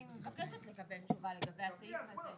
אני מבקשת לקבל תשובה לגבי הסעיף הזה.